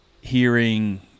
hearing